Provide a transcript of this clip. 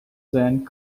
and